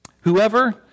Whoever